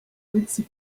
lindsey